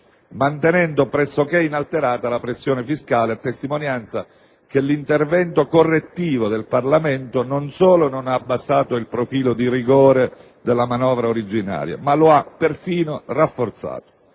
mantenendo pressoché inalterata la pressione fiscale, a testimonianza che l'intervento correttivo del Parlamento non solo non ha abbassato il profilo di rigore della manovra originaria, ma lo ha perfino rafforzato.